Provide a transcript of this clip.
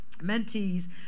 mentees